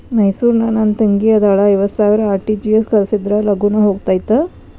ಮೈಸೂರ್ ನಾಗ ನನ್ ತಂಗಿ ಅದಾಳ ಐವತ್ ಸಾವಿರ ಆರ್.ಟಿ.ಜಿ.ಎಸ್ ಕಳ್ಸಿದ್ರಾ ಲಗೂನ ಹೋಗತೈತ?